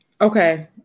okay